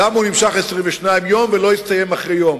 למה הוא נמשך 24 יום ולא הסתיים אחרי יום.